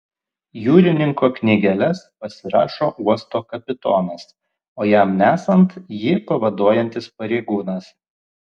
jūrininko knygeles pasirašo uosto kapitonas o jam nesant jį pavaduojantis pareigūnas